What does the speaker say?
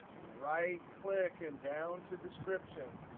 right click and down to description.